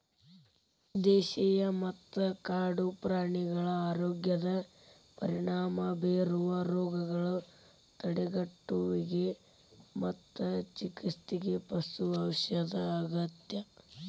ದೇಶೇಯ ಮತ್ತ ಕಾಡು ಪ್ರಾಣಿಗಳ ಆರೋಗ್ಯದ ಪರಿಣಾಮ ಬೇರುವ ರೋಗಗಳ ತಡೆಗಟ್ಟುವಿಗೆ ಮತ್ತು ಚಿಕಿತ್ಸೆಗೆ ಪಶು ಔಷಧ ಅಗತ್ಯ